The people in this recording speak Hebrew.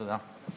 תודה.